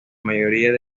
mayoría